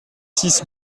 six